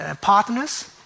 partners